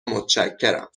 متشکرم